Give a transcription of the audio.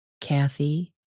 Kathy